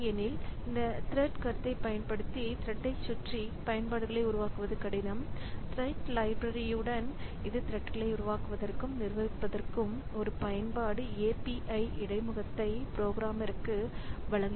இல்லையெனில் இந்த த்ரெட் கருத்தைப் பயன்படுத்தி த்ரெட்டை சுற்றி பயன்பாடுகளை உருவாக்குவது கடினம் த்ரெட் லைப்ரரிடன் இது த்ரெட்களை உருவாக்குவதற்கும் நிர்வகிப்பதற்கும் ஒரு பயன்பாட்டு API இடைமுகத்தை புரோகிராமருக்கு வழங்குகிறது